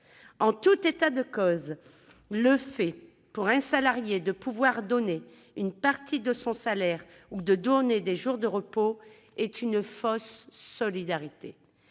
En tout état de cause, le fait pour un salarié de pouvoir donner une partie de son salaire ou des jours de repos est une fausse solidarité.